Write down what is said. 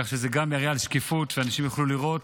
כך שזה גם יראה על שקיפות, אנשים יוכלו לראות.